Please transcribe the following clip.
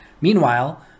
Meanwhile